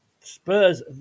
Spurs